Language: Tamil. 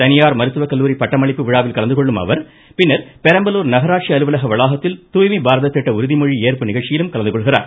தனியார் மருத்துவ கல்லூரி பட்டமளிப்பு விழாவில் கலந்துகொள்ளும் அவர் பின்னர் பெரம்பலூர் நகராட்சி அலுவலக வளாகத்தில் தூய்மை பாரத திட்ட உறுதிமொழி ஏற்பு நிகழ்ச்சியிலும் கலந்துகொள்கிறார்